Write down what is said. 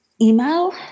email